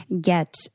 get